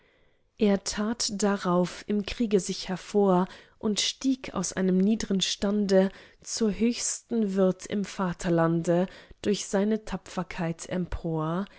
er tat darauf im kriege sich hervor und stieg aus einem niedern stande zur höchsten würd im vaterlande durch seine tapferkeit